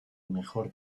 mejor